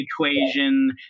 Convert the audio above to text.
equation